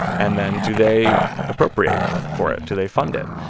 and then do they appropriate for it? do they fund it?